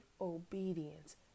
obedience